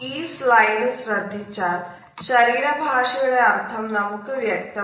ഈ സ്ലൈഡ് ശ്രദ്ധിച്ചാൽ ശരീര ഭാഷയുടെ അർഥം നമുക്ക് വ്യക്തം ആകും